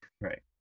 Right